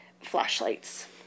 flashlights